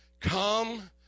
Come